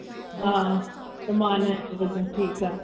हा त मां न अची सघंदमि ठीकु आहे